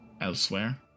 elsewhere